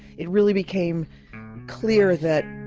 it really became clear that